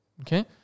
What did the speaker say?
Okay